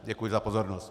Děkuji za pozornost.